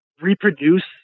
reproduce